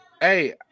Hey